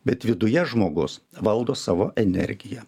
bet viduje žmogus valdo savo energiją